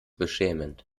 beschämend